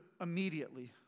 immediately